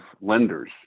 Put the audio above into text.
lenders